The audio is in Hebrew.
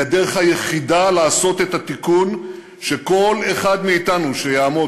הדרך היחידה לעשות את התיקון שכל אחד מאתנו שיעמוד,